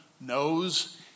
knows